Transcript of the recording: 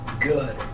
good